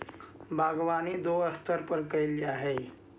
बागवानी दो स्तर पर करल जा हई